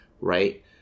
right